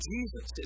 Jesus